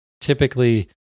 typically